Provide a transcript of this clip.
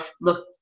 look